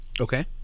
Okay